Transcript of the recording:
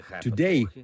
today